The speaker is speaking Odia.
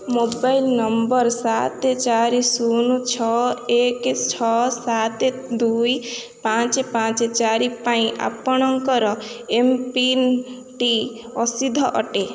ମୋବାଇଲ୍ ନମ୍ବର ସାତ ଚାରି ଶୂନ ଛଅ ଏକ ଛଅ ସାତ ଦୁଇ ପାଞ୍ଚ ପାଞ୍ଚ ଚାରି ପାଇଁ ଆପଣଙ୍କର ଏମ୍ପିନ୍ଟି ଅସିଦ୍ଧ ଅଟେ